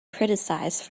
criticized